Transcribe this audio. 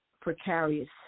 precarious